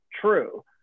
true